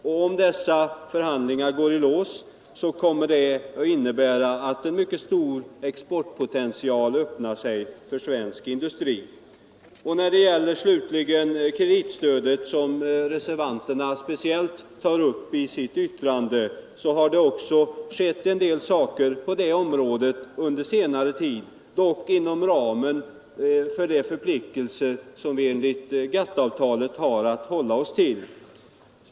Om de förhandlingarna går i lås kommer de att innebära att en mycket stor exportpotential öppnar sig för svensk industri. När det slutligen gäller kreditstödet, som reservanterna särskilt trycker på, har det också där skett en del under senare tid, dock inom ramen för de förpliktelser som vi enligt GATT-avtalet har att hålla oss till.